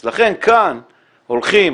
אז לכן כאן הולכים,